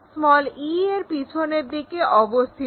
f e এর পিছনের দিকে অবস্থিত